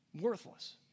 Worthless